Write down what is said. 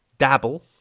Dabble